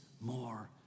more